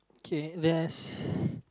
okay there's